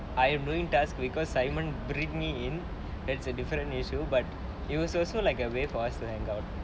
I am doing task because simon bring me in that's a different issue but it was also like a way for us to hangout